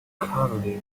community